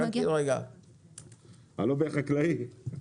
הלובי החקלאי.